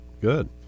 Good